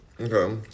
Okay